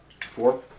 Four